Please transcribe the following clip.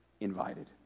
invited